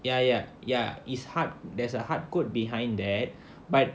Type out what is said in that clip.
ya ya ya is hard there's a hard code behind that but